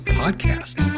podcast